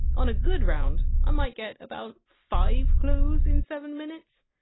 on a good round, i might get about five clues in seven minutes.